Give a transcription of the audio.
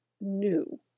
new